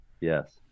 yes